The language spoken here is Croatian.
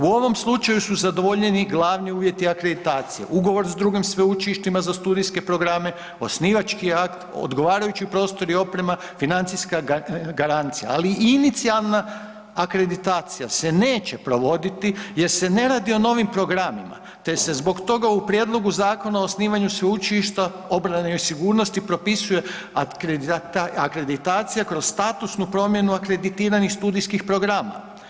U ovom slučaju su zadovoljeni glavni uvjeti akreditacije, ugovor s drugim sveučilištima za studijske programe, osnivački akt, odgovarajući prostor i oprema, financijska garancija, ali i inicijalna akreditacija se neće provoditi jer se ne radi o novim programima te se zbog toga u Prijedlogu Zakona o osnivanju Sveučilišta obrane i sigurnosti propisuje akreditacija kroz statusnu promjenu akreditiranih studijskih programa.